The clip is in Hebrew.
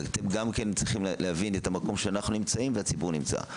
ואתם גם כן צריכים להבין את המקום שאנחנו נמצאים ושהציבור נמצא.